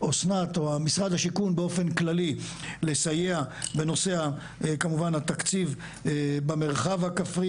המשרד השיכון באופן כללי צריך לסייע בנושא תקציב במרחב הכפרי.